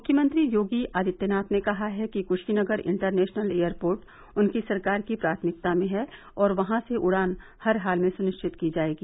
मुख्यमंत्री योगी आदित्यनाथ ने कहा है कि क्शीनगर इंटरनेशनल एयरपोर्ट उनकी सरकार की प्राथमिकता में है और वहां से उड़ान हर हाल में सुनिश्चित की जायेगी